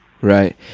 Right